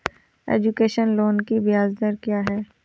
Education loan की ब्याज दर क्या है?